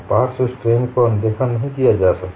पार्श्व स्ट्रेन को अनदेखा नहीं किया जा सकता